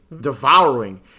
devouring